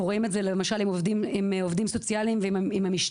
רואים את זה למשל עם עובדים סוציאליים ועם המשטרה,